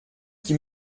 qui